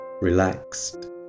relaxed